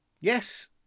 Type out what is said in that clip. Yes